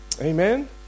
Amen